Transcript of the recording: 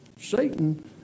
satan